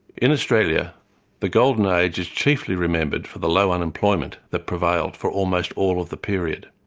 in australia the golden age is chiefly remembered for the low unemployment that prevailed for almost all of the period.